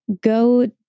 go